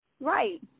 Right